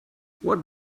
what